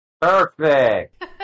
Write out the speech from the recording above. Perfect